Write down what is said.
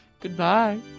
goodbye